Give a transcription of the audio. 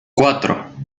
cuatro